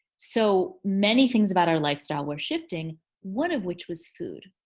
so, many things about our lifestyle were shifting one of which was food.